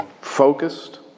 focused